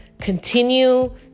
Continue